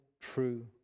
true